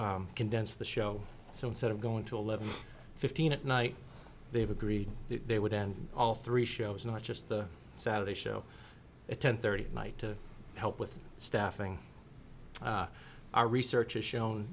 to condense the show so instead of going to eleven fifteen at night they've agreed that they would end all three shows not just the saturday show at ten thirty at night to help with staffing our research has shown